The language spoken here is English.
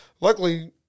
Luckily